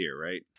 right